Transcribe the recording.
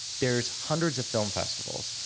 there's hundreds of film festivals.